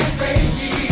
safety